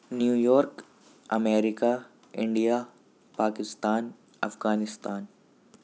new York America India Pakistan Afghanistan